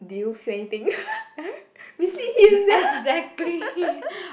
do you feel anything mislead him sia